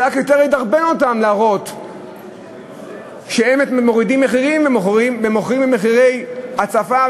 זה רק יותר ידרבן אותם להראות שהם מורידים מחירים ומוכרים במחירי רצפה,